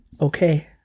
okay